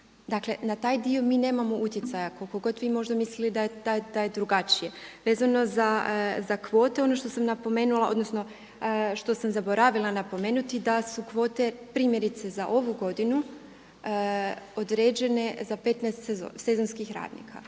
Dakle na taj dio mi nemamo utjecaja koliko god vi možda mislili da je drugačije. Vezano za kvote ono što sam napomenula odnosno što sam zaboravila napomenuti da su kvote primjerice za ovu godinu određene za 15 sezonskih radnika.